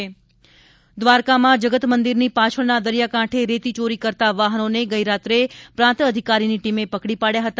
દ્વારકા ખનીજ ચોરી દ્વારકામાં જગત મંદિરની પાછળના દરિયાકાંઠે રેતી ચોરી કરતા વાહનોને ગઇરાત્રે પ્રાંત અધિકારીની ટીમે પકડી પાડવા હતા